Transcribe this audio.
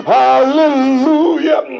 hallelujah